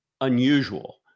unusual